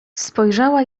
spojrzała